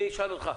אני אשאל אותך,